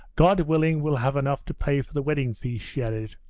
god willing we'll have enough to pay for the wedding feast she added.